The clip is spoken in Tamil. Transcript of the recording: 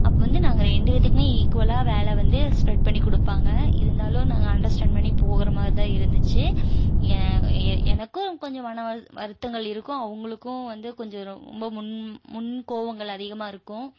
அப்போ வந்து நாங்கள் ரெண்டு பேத்துக்குமே ஈக்வலாக வேலை வந்து ஸ்ப்ரட் பண்ணி கொடுப்பாங்க இருந்தாலும் நாங்கள் அண்டர்ஸ்டாண்ட் பண்ணி போகிற மாதிரி தான் இருந்துச்சு எனக்கும் கொஞ்சம் மன வருத்தங்கள் இருக்கும் அவங்களுக்கும் வந்து கொஞ்சம் ரொம்ப முன் முன் கோபங்கள் அதிகமாக இருக்கும்